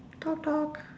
talk talk